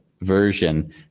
version